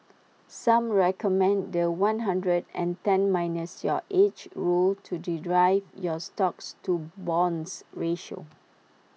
some recommend The One hundred and ten minus your age rule to derive your stocks to bonds ratio